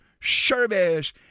service